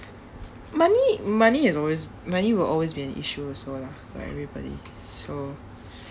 money money is always money will always be an issue also lah for everybody so